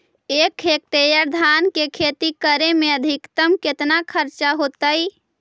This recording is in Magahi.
एक हेक्टेयर धान के खेती करे में अधिकतम केतना खर्चा होतइ?